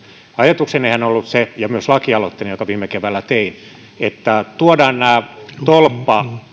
ajatuksenihan on ollut se ja myös lakialoitteeni jonka viime keväänä tein että tuodaan nämä